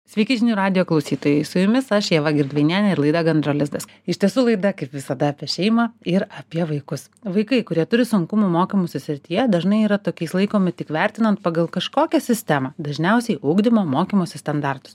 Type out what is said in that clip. sveiki žinių radijo klausytojai su jumis aš ieva girdvainienė ir laida gandro lizdas iš tiesų laida kaip visada apie šeimą ir apie vaikus vaikai kurie turi sunkumų mokymosi srityje dažnai yra tokiais laikomi tik vertinant pagal kažkokią sistemą dažniausiai ugdymo mokymosi standartus